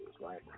right